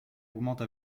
augmente